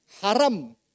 haram